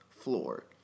floor